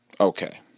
Okay